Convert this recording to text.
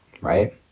right